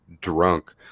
drunk